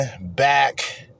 back